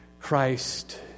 Christ